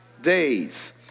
days